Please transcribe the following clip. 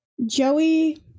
Joey